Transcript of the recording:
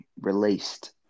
released